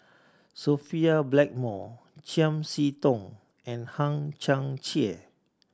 Sophia Blackmore Chiam See Tong and Hang Chang Chieh